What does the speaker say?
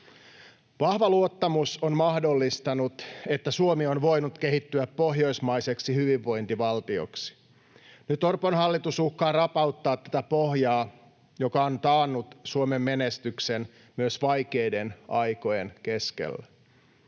Vahva luottamus on mahdollistanut, että Suomi on voinut kehittyä pohjoismaiseksi hyvinvointivaltioksi. Nyt Orpon hallitus uhkaa rapauttaa tätä pohjaa, joka on taannut Suomen menestyksen myös vaikeiden aikojen keskellä.